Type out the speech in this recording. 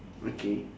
okay